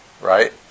right